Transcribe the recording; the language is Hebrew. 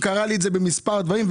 זה קרה לי במספר מקרים.